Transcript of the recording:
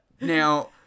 Now